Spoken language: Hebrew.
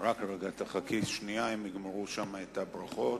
אלא על-ידי שתי עמותות ערביות,